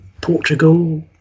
Portugal